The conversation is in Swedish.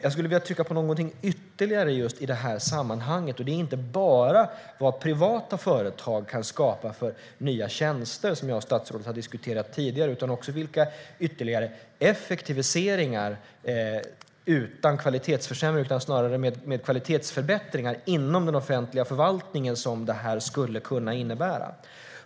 Jag skulle vilja trycka på någonting ytterligare i detta sammanhang. Det handlar inte bara om vad privata företag kan skapa för nya tjänster, som jag och statsrådet har diskuterat tidigare. Det handlar också om vilka ytterligare effektiviseringar utan kvalitetsförsämringar och snarare med kvalitetsförbättringar för den offentliga förvaltningen som det skulle kunna innebära.